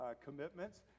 commitments